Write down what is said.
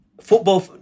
football